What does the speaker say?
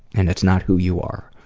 and it's not who you are.